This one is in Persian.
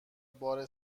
بار